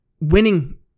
winning